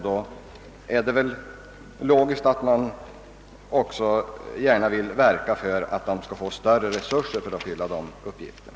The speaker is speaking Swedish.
Då är det väl logiskt att man verkar för att de skall få bättre resurser för att kunna utföra de uppgifterna.